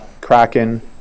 Kraken